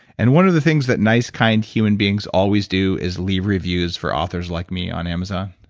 and one of the things that nice, kind human beings always do is leave reviews for authors like me on amazon.